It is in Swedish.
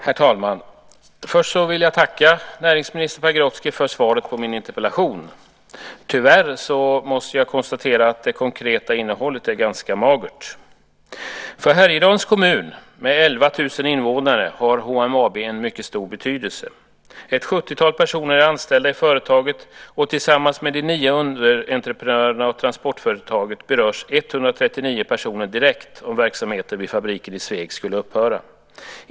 Herr talman! Först vill jag tacka näringsminister Pagrotsky för svaret på min interpellation. Tyvärr måste jag konstatera att det konkreta innehållet är ganska magert. För Härjedalens kommun med 11 000 invånare har HMAB en mycket stor betydelse. Ett sjuttiotal personer är anställda i företaget, och tillsammans med de nio underentreprenörerna och transportföretaget berörs 139 personer direkt om verksamheten vid fabriken i Sveg skulle upphöra.